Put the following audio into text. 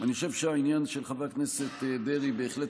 אני חושב שהעניין של חבר הכנסת דרעי בהחלט